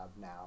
now